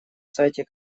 сайте